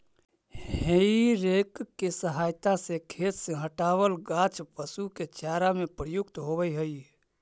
हेइ rake के सहायता से खेत से हँटावल गाछ पशु के चारा में प्रयुक्त होवऽ हई